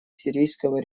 сирийского